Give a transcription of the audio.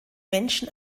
menschen